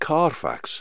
Carfax